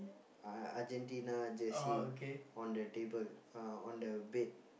uh Argentina jersey on the table uh on the bed